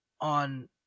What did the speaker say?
on